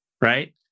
right